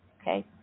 okay